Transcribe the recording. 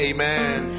Amen